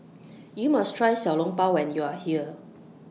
YOU must Try Xiao Long Bao when YOU Are here